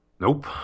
Nope